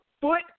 foot